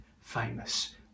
famous